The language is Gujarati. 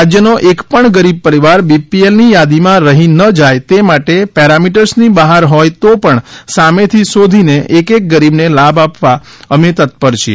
રાજ્યનો એક પણ ગરીબ પરિવાર બીપીએલની થાદીમાં રહી ન જાય તે માટે પેરામીટર્સની બહાર હોથ તો પણ સામેથી શોધીને એક એક ગરીબને લાભ આપવા અમે તત્પર છીએ